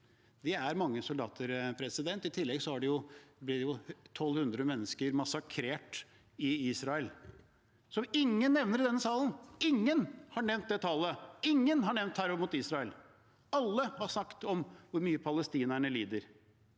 Det er mange soldater. I tillegg ble 1 200 mennesker massakrert i Israel, noe ingen nevner i denne salen! Ingen har nevnt det tallet. Ingen har nevnt terror mot Israel. Alle har snakket om hvor mye palestinerne lider,